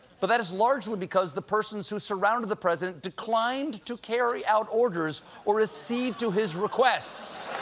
but that is largely because the persons who surrounded the president declined to carry out orders or accede to his requests.